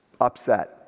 upset